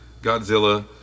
Godzilla